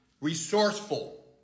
resourceful